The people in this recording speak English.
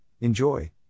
enjoy